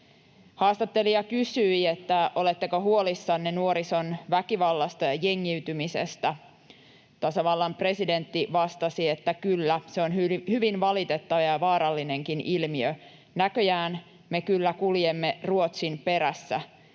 Haastattelija kysyi, oletteko huolissanne nuorison väkivallasta ja jengiytymisestä. Tasavallan presidentti vastasi: ”Kyllä, se on hyvin valitettava ja vaarallinenkin ilmiö. Näköjään me kyllä kuljemme Ruotsin perässä.